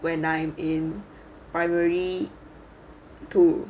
when I'm in primary two